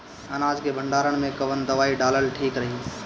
अनाज के भंडारन मैं कवन दवाई डालल ठीक रही?